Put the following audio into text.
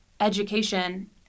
education